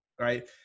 right